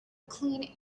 clean